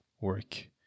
work